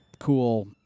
cool